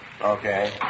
Okay